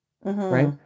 right